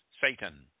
Satan